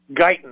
Guyton